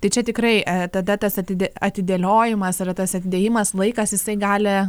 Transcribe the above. tai čia tikrai tada tas atidė atidėliojimas yra tas atidėjimas laikas jisai gali